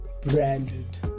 branded